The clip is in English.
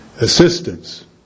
assistance